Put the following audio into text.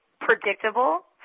predictable